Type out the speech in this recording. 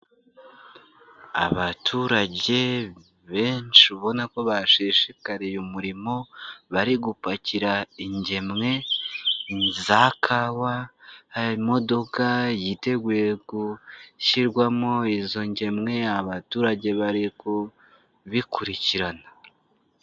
Abaturage benshi ubona ko bashishikariye umurimo bari gupakira ingemwe za kawa, hari imodoka yiteguye gushyirwamo izo ngemwe, abaturage bari kubikurikirana.